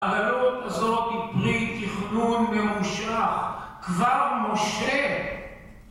העלות הזאת פרי תכנון ממושך. כבר משה...